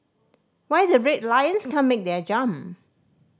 why the Red Lions can't make their jump